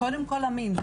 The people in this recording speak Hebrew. קודם כל המין,